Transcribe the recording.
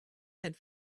had